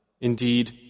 Indeed